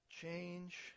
change